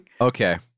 Okay